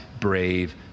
brave